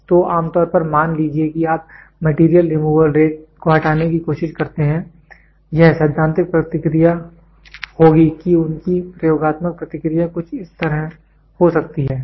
तो आम तौर पर मान लीजिए कि आप मैटेरियल रिमूवल रेट MRR को हटाने की कोशिश करते हैं यह सैद्धांतिक प्रतिक्रिया होगी कि उनकी प्रयोगात्मक प्रतिक्रिया कुछ इस तरह हो सकती है